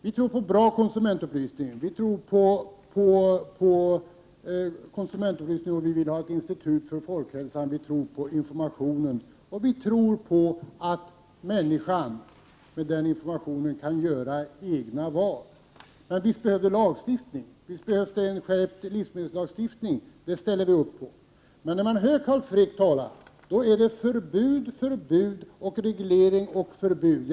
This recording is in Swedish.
Vi tror på en bra konsumentupplysning, och vi vill ha ett institut för folkhälsan. Vi tror på informationens möjligheter. Vi tror också på att människan, med den informationen, kan göra egna val. Visst behövs det lagstiftning. Visst behövs en skärpt livsmedelslagstiftning; det ställer vi oss bakom — men Carl Fricks tal handlar om förbud, förbud, reglering och förbud.